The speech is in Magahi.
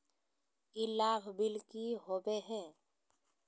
ई लाभ बिल की होबो हैं?